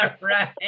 right